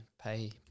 pay